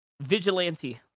Vigilante